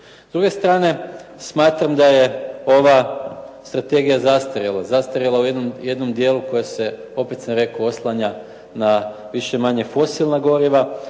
S druge strane, smatram da je ova strategija zastarjela, zastarjela u jednom dijelu koji se, opet sam rekao, oslanja na više-manje fosilna goriva,